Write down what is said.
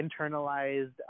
internalized